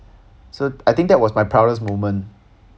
so I think that was my proudest moment